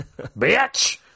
Bitch